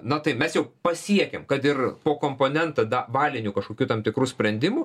na tai mes jau pasiekėm kad ir po komponentą da balinių kažkokių tam tikrų sprendimų